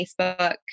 Facebook